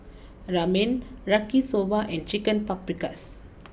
Ramen Yaki Soba and Chicken Paprikas